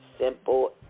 simple